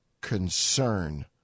concern